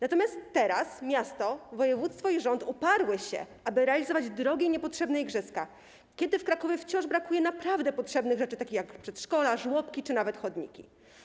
Natomiast teraz miasto, województwo i rząd uparły się, aby realizować drogie i niepotrzebne igrzyska, kiedy w Krakowie wciąż brakuje naprawdę potrzebnych rzeczy takich jak przedszkola, żłobki czy nawet chodniki.